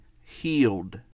healed